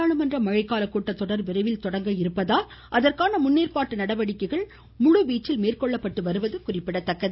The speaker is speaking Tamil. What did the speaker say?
நாடாளுமன்ற மழைக்கால கூட்டத்தொடர் விரைவில் தொடங்க உள்ளதால் அதற்கான முன்னேற்பாட்டு நடவடிக்கைகள் முழுவீச்சில் மேற்கொள்ளப்பட்டு வருவதும் குறிப்பிடத்தக்கது